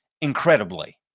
incredibly